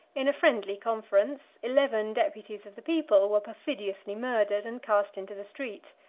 in a friendly conference, eleven deputies of the people were perfidiously murdered and cast into the street.